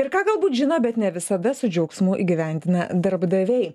ir ką galbūt žino bet ne visada su džiaugsmu įgyvendina darbdaviai